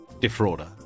defrauder